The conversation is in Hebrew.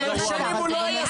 אתה יודע אבל איפה הם חטאו?